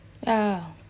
yeah